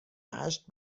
هشت